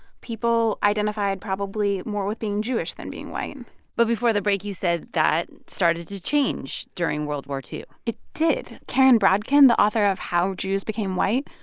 people identified probably more with being jewish than being white but before the break, you said that started to change during world war ii it did. karen brodkin, the author of how jews became white,